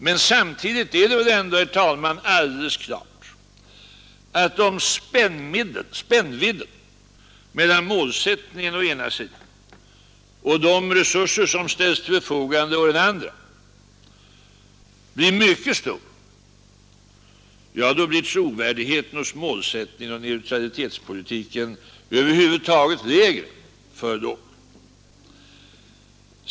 Men samtidigt är det väl ändå, herr talman, alldeles klart att om spännvidden mellan målsättningen, å ena sidan, och de resurser som ställs till förfogande, å den andra, blir mycket stor, då blir trovärdigheten hos målsättningen och neutralitetspolitiken över huvud taget lägre, för låg.